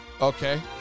Okay